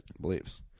beliefs